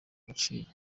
agaciro